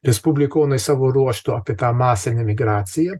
respublikonai savo ruožtu apie tą masinę migraciją